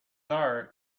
are